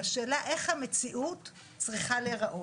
בשאלה איך המציאות צריכה להיראות.